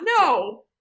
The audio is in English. no